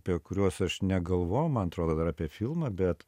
apie kuriuos aš negalvojau man atrodo dar apie filmą bet